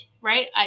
right